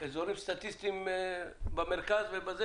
פסקת משנה (ד) מדברת על ישובים מרוחקים,